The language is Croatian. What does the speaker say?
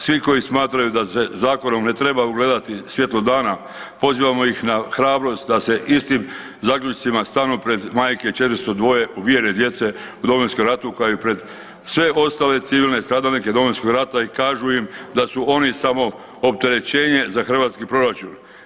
Svi koji smatraju da se zakonom ne treba ugledati svjetlo dana pozivamo ih na hrabrost da sa istim zaključcima stanu pred majke 402 ubijene djece u Domovinskom ratu kao i pred sve ostale civilne stradalnike Domovinskog rata i kažu im da su oni samo opterećenje za hrvatski proračun.